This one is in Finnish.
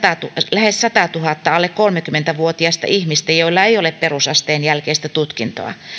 lähes sadalletuhannelle alle kolmekymmentä vuotiasta ihmistä joilla ei ole perusasteen jälkeistä tutkintoa